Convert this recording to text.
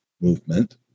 movement